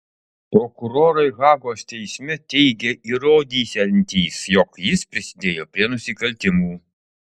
prokurorai hagos teisme teigė įrodysiantys jog jis prisidėjo prie nusikaltimų